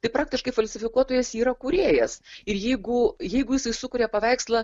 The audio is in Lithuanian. tai praktiškai falsifikuotojas yra kūrėjas ir jeigu jeigu jisai sukuria paveikslą